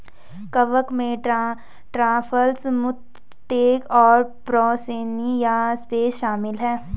कवक में truffles, matsutake और पोर्सिनी या सेप्स शामिल हैं